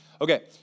Okay